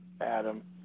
Adam